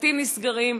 מקלטים נסגרים.